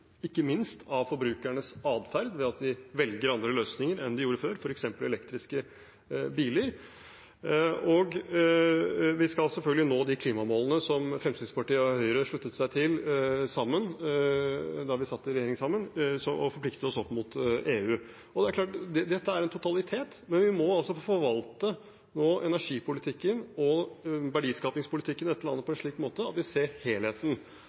ikke minst er drevet av forbrukernes adferd ved at de velger andre løsninger enn de gjorde før, f.eks. elektriske biler. Så skal vi selvfølgelig nå de klimamålene som Fremskrittspartiet og Høyre sluttet seg til da vi satt i regjering sammen og forpliktet oss opp mot EU. Dette er en totalitet, men vi må forvalte energipolitikken og verdiskapingspolitikken i dette landet på en slik måte at vi ser helheten,